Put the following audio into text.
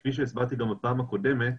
כפי שהסברתי גם בפעם הקודמת,